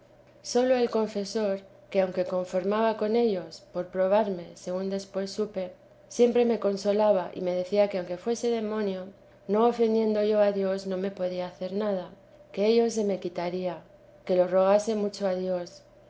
sóio el confesor que aunque conformaba con ellos por probarme según después supe siempre me consolaba y me decía que aunque fuese demonio no ofendiendo yo a dios no me podía hacer nada que ello se me quitaría que lo rogase mucho a dios